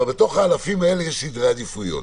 אבל בתוך האלפים המדוברים יש סדרי עדיפויות.